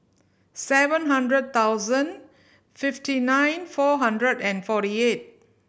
seven hundred thousand fifty nine four hundred and forty eight